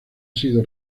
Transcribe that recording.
sido